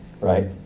Right